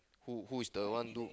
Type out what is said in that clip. who who is the one do